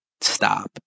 stop